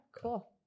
cool